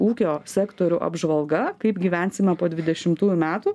ūkio sektorių apžvalga kaip gyvensime po dvidešimtųjų metų